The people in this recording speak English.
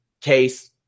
case –